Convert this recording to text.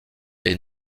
est